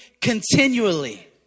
continually